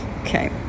Okay